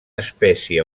espècie